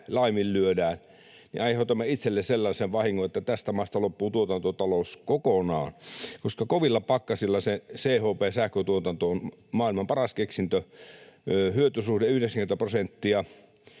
menetys, että me aiheutamme itsellemme sellaisen vahingon, että tästä maasta loppuu tuotantotalous kokonaan. Kovilla pakkasilla se CHP-sähköntuotanto on maailman paras keksintö, hyötysuhde 90 prosenttia,